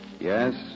Yes